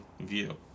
view